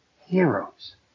heroes